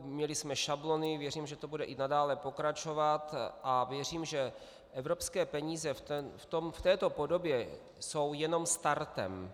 Měli jsme šablony, věřím, že to bude i nadále pokračovat a věřím, že evropské peníze v této podobě jsou jenom startem.